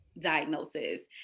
diagnosis